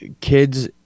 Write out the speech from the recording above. kids